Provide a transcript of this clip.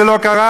זה לא קרה?